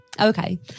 okay